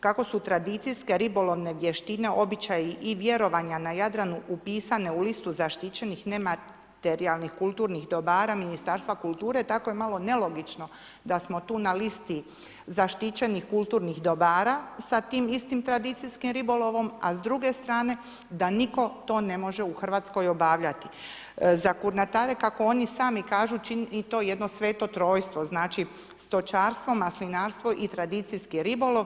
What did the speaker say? Kako su tradicijske ribolovne vještine običaj i vjerovanja na Jadranu upisane u listu zaštićenih nematerijalnih, kulturnih dobara Ministarstva kulture, tako je malo nelogično da smo tu na listi zaštićenih kulturnih dobara sa tim istim tradicijskim ribolovom, a s druge strane da nitko to ne može u Hrvatskoj obavljati, kako oni sami kažu činiti Sveto trojstvo, znači stočarstvo, maslinarstvo i tradicijski ribolov.